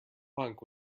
punk